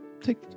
take